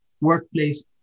workplace